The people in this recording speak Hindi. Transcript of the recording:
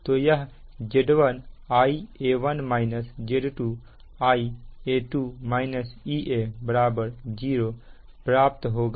तो यह Z1 Ia1 Z2 Ia2 - Ea 0 प्राप्त होगा